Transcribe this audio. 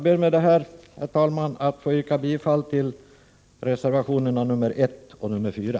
Med detta, herr talman, ber jag att få yrka bifall till reservationerna nr 1 och nr 4.